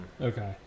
okay